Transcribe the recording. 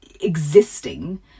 existing